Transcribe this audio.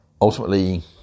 ultimately